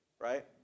right